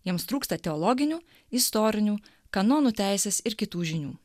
jiems trūksta teologinių istorinių kanonų teisės ir kitų žinių